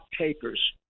takers